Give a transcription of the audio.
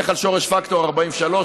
נלך על שורש פקטור 43,